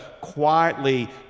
quietly